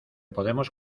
podemos